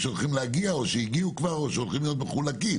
שהולכות להגיע או שכבר הגיעו והולכות להיות מחולקות.